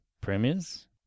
Premiers